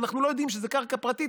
אבל אנחנו לא יודעים שזה קרקע פרטית,